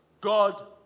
God